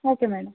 okay madam